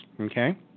okay